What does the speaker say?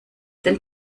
den